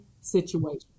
situation